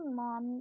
mom